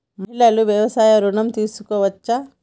మహిళలు వ్యవసాయ ఋణం తీసుకోవచ్చా?